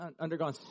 undergone